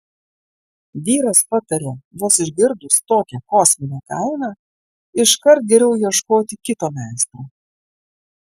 vyras patarė vos išgirdus tokią kosminę kainą iškart geriau ieškoti kito meistro